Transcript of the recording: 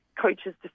coaches